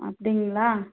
அப்படிங்களா